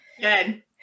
Good